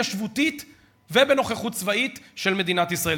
מיושבת, ובנוכחות צבאית של מדינת ישראל.